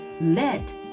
let